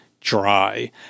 dry